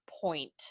point